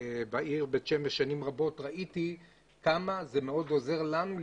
בית שמש שנים רבות ראיתי כמה זה עוזר לנו,